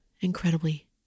incredibly